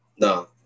No